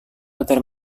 agar